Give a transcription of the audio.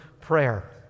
prayer